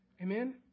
Amen